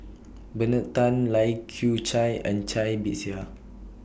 Bernard Tan Lai Kew Chai and Cai Bixia